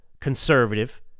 conservative